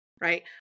right